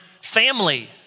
family